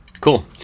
Cool